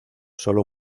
sólo